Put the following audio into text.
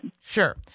Sure